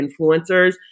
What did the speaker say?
influencers